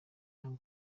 jean